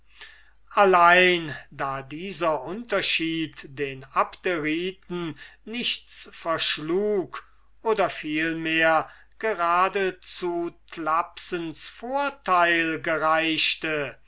allein da dieser unterschied den abderiten nichts vorschlug oder vielmehr gerade zu thlapsens vorteil gereichte